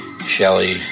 Shelly